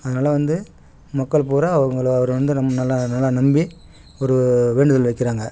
அதனால் வந்து மக்கள் பூரா அவங்களை அவரை வந்து ரொம் நல்லா நல்லா நம்பி ஒரு வேண்டுதல் வைக்கிறாங்க